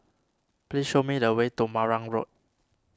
please show me the way to Marang Road